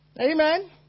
Amen